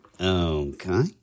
okay